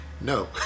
no